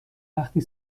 وقتی